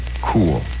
cool